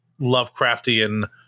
Lovecraftian